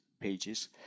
pages